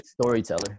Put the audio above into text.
Storyteller